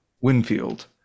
Winfield